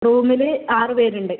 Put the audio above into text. റൂമിൽ ആറ് പേര് ഉണ്ട്